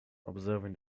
observing